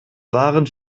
waren